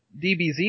DBZ